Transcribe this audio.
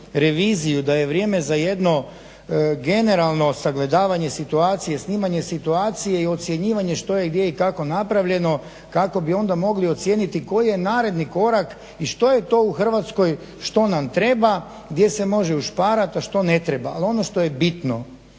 da je vrijeme za jedno generalno sagledavanje situacije, snimanje situacije i ocjenjivanje što je gdje i kako napravljeno, kako bi onda mogli ocijeniti koji je naredni korak i što je to u Hrvatskoj što nam treba, gdje se može ušparati, a što ne treba. Ali ono što je bitno,